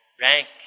rank